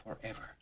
forever